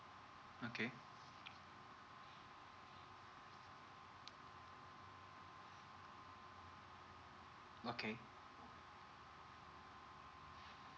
okay okay